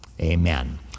Amen